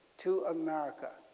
to america.